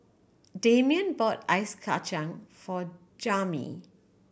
Damion bought ice kacang for Jammie